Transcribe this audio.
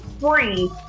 free